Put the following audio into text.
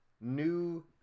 new